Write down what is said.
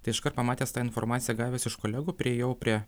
tai iškart pamatęs tą informaciją gavęs iš kolegų priėjau prie